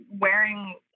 wearing